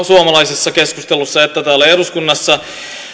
suomalaisessa keskustelussa että täällä eduskunnassa